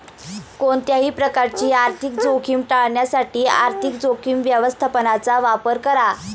कोणत्याही प्रकारची आर्थिक जोखीम टाळण्यासाठी आर्थिक जोखीम व्यवस्थापनाचा वापर करा